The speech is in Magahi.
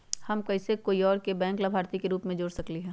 हम कैसे कोई और के बैंक लाभार्थी के रूप में जोर सकली ह?